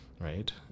right